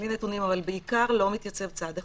אבל בעיקר לא מתייצב צד אחד,